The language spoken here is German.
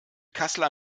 kassler